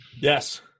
Yes